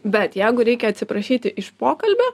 bet jeigu reikia atsiprašyti iš pokalbio